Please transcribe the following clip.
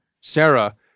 sarah